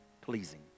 pleasing